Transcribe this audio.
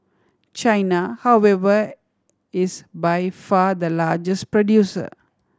China however is by far the largest producer